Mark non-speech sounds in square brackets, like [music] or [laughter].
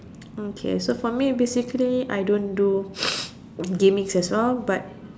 okay so for me basically I don't do [noise] gaming as well but